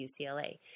UCLA